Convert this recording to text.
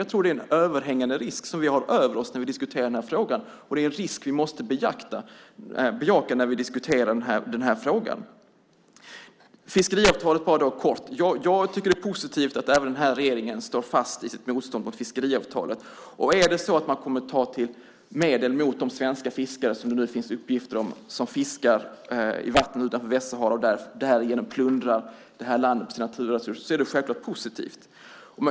Jag tror att det är en överhängande risk att tänka på när vi diskuterar den här frågan. Det är en risk som vi måste beakta när vi diskuterar den här frågan. När det helt kort gäller fiskeavtalet tycker jag att det är positivt att även den här regeringen står fast vid motståndet mot fiskeavtalet. Är det så att man kommer att ta till medel mot svenska fiskare, som det nu finns uppgifter om, som fiskar i vattnen utanför Västsahara och därigenom plundrar landets naturresurser är det självklart positivt.